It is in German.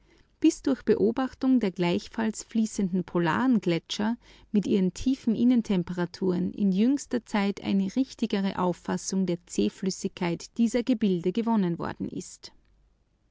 bis durch beobachtung der gleichfalls fließenden polaren gletscher mit ihren tiefen innentemperaturen in jüngster zeit eine richtigere auffassung von der zähflüssigkeit dieser gebilde gewonnen worden ist